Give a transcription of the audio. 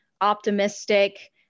optimistic